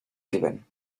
given